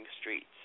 streets